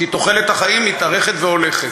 כי תוחלת החיים הולכת ומתארכת.